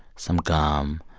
some gum,